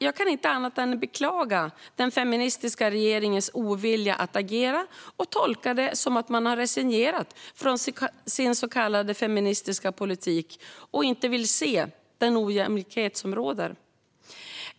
Jag kan inte annat än beklaga den feministiska regeringens ovilja att agera och tolkar det att man resignerat från sin så kallade feministiska politik och inte vill se den ojämlikhet som råder.